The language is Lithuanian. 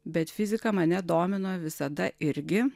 bet fizika mane domino visada irgi